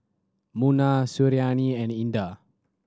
Munah Suriani and Indah